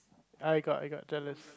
I got I got jealous